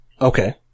okay